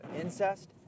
incest